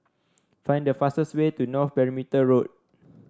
find the fastest way to North Perimeter Road